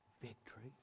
victory